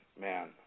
man